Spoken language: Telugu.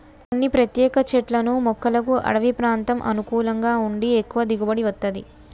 కొన్ని ప్రత్యేక చెట్లను మొక్కలకు అడివి ప్రాంతం అనుకూలంగా ఉండి ఎక్కువ దిగుబడి వత్తది